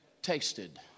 Tasted